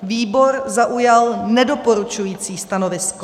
Výbor zaujal nedoporučující stanovisko.